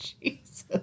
Jesus